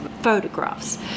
photographs